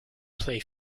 play